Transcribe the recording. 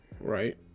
right